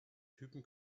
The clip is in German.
typen